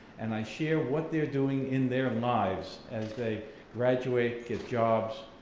and i share what they're doing in their lives as they graduate, get jobs,